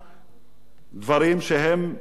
דברים שאנחנו יודעים.